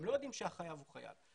הם לא יודעים שהחייב הוא חייל.